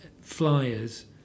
flyers